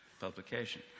Publication